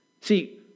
See